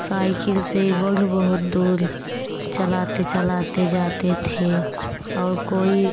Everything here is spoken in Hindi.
साइकिल से वे लोग बहुत दूर चलाते चलाते जाते थे और कोई